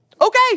okay